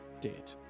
dead